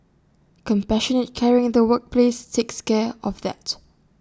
compassionate caring in the workplace takes care of that